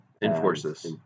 Enforces